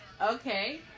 Okay